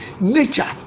nature